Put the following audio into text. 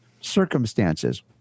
circumstances